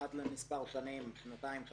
אחת למספר שנים שנתיים,